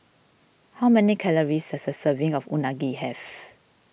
how many calories does a serving of Unagi have